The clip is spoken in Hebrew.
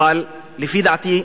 אבל לפי דעתי,